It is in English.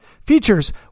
features